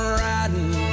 riding